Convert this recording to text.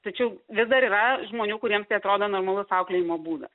tačiau vis dar yra žmonių kuriems tai atrodo normalus auklėjimo būdas